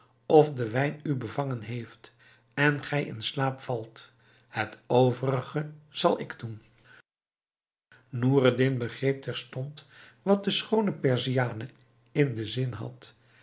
of de wijn u bevangen heeft en gij in slaap valt het overige zal ik doen noureddin begreep terstond wat de schoone perziane in den zin had